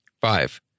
Five